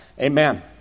Amen